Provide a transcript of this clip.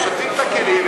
הם שוטפים את הכלים,